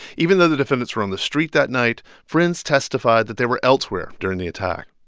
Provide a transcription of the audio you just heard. even though the defendants were on the street that night, friends testified that they were elsewhere during the attack.